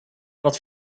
wat